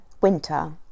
winter